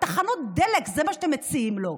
בתחנות דלק, זה מה שאתם מציעים לו,